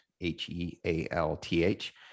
H-E-A-L-T-H